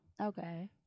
Okay